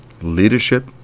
leadership